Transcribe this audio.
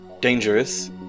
dangerous